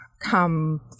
come